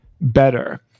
better